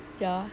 ya